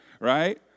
right